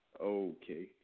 Okay